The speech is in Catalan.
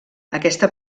aquesta